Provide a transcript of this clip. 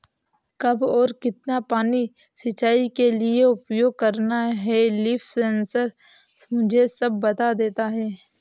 कब और कितना पानी सिंचाई के लिए उपयोग करना है लीफ सेंसर मुझे सब बता देता है